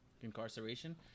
incarceration